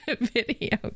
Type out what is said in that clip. video